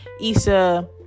Issa